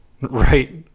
Right